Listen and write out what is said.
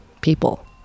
people